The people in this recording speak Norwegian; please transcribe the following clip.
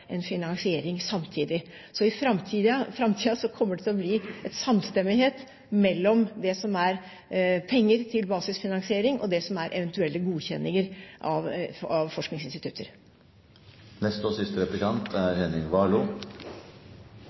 en finansiering samtidig. I framtiden kommer det til å bli samstemmighet mellom det som er penger til basisfinansiering, og eventuelle godkjenninger av